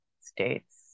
States